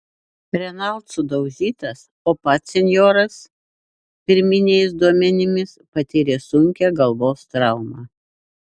renault sudaužytas o pats senjoras pirminiais duomenimis patyrė sunkią galvos traumą